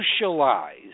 socialize